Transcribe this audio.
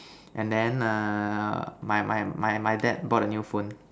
and then err my my my my dad bought a new phone